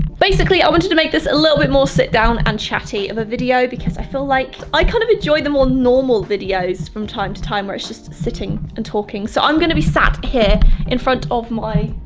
basically, i wanted to make this a little bit more sit-down and chatty of a video because i feel like i kind of enjoy the more normal videos from time to time where it's just sitting and talking so i'm gonna be sat here in front of my